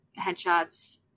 headshots